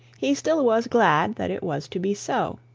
he still was glad that it was to be so.